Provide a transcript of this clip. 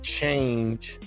change